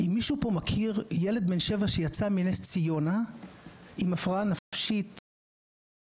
אם מישהו פה מכיר ילד בן שבע שיצא מנס ציונה עם הפרעה נפשית משמעותית,